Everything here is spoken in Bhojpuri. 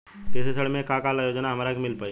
कृषि ऋण मे का का योजना हमरा के मिल पाई?